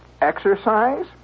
exercise